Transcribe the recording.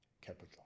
capital